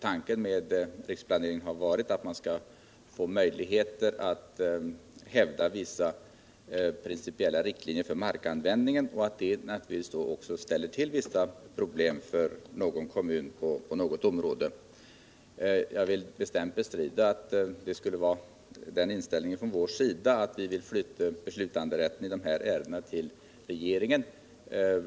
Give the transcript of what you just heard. Tanken med riksplaneringen är dock att man skall få möjlighet att hävda vissa principiella riktlinjer för markanvändningen, vilket naturligtvis medför problem för somliga kommuner i vissa avseenden. Jag vill emellertid bestämt bestrida att vi vill flytta beslutanderätten till regeringen.